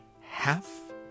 Half